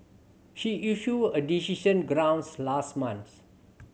she issued her decision grounds last month